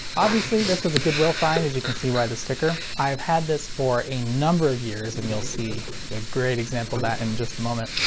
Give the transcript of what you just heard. obviously this was a goodwill find, as you can see by the sticker, i've had this for a number of years and you'll see a great example of that in and just a moment.